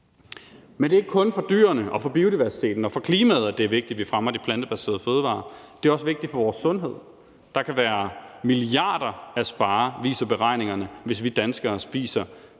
Men det er ikke kun for dyrene og for biodiversiteten og for klimaet, at det er vigtigt, at vi fremmer de plantebaserede fødevarer. Det er også vigtigt for vores sundhed. Der kan være milliarder at spare, viser beregningerne, hvis vi danskere spiser